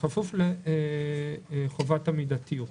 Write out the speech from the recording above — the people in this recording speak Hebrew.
בכפוף לחובת המידתיות.